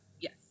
Yes